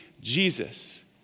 Jesus